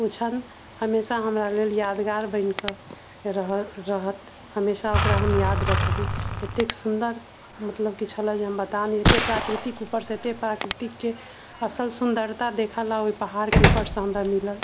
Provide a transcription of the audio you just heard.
ओ क्षण हमेशा हमरा लेल यादगार बनिके रहत राहत हमेशा ओकरा हम याद रखबै एतेक सुन्दर मतलब की छल जे हम बता नहि एते प्राकृतिक ऊपर से एते प्राकृतिक के असल सुन्दरता देखऽ लए ओ पहाड़ के ऊपर से हमरा मिलल